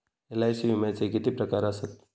LIC विम्याचे किती प्रकार आसत?